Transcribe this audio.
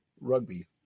rugby